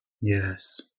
Yes